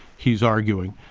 he's arguing.